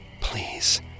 please